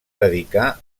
dedicar